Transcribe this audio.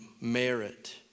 merit